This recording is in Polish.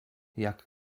jak